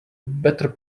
better